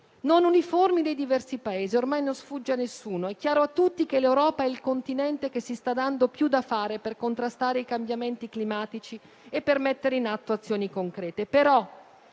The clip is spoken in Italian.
non uniformi dei diversi Paesi. Ormai non sfugge a nessuno ed è chiaro a tutti che l'Europa è il continente che si sta dando più da fare per contrastare i cambiamenti climatici e per mettere in atto azioni concrete,